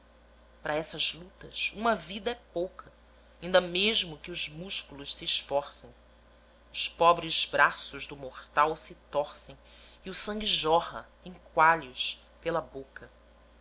para essas lutas uma vida é pouca inda mesmo que os músculos se esforcem os pobres braços do mortal se torcem e o sangue jorra em coalhos pela boca